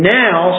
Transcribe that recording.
now